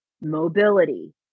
Mobility